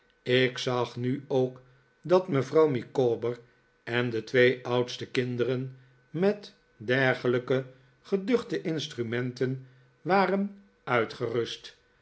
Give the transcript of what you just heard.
ik zag nu ook dat mevrouw micawber en de twee oudste kinderen met dergelijke geduchte instrumenten waren uitgerust